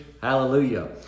Hallelujah